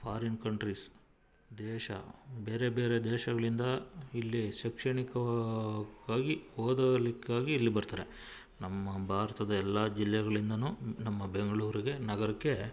foreign countries ದೇಶ ಬೇರೆ ಬೇರೆ ದೇಶಗಳಿಂದ ಇಲ್ಲಿ ಶೈಕ್ಷಣಿಕವಕ್ಕಾಗಿ ಓದಲಿಕ್ಕಾಗಿ ಇಲ್ಲಿ ಬರ್ತಾರೆ ನಮ್ಮ ಭಾರತದ ಎಲ್ಲ ಜಿಲ್ಲೆಗಳಿಂದನೂ ನಮ್ಮ ಬೆಂಗಳೂರಿಗೆ ನಗರಕ್ಕೆ